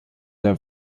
der